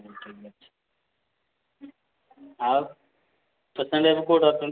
ହଉ ଠିକ୍ ଅଛି ଆଉ ପେସେଣ୍ଟ୍ ଏବେ କେଉଁଠି ଅଛନ୍ତି